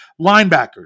linebackers